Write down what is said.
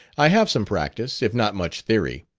i have some practice, if not much theory.